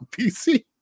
PC